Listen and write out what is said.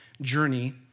journey